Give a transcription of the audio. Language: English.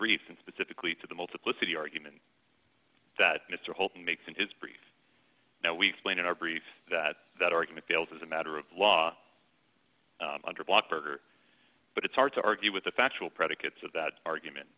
brief and specifically to the multiplicity argument that mister holton makes in his brief now we explain in our brief that that argument fails as a matter of law under block berger but it's hard to argue with the factual predicates of that argument